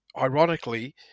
ironically